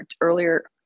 earlier